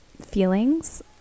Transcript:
feelings